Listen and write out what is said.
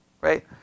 right